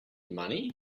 money